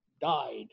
died